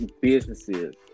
businesses